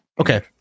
Okay